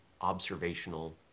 observational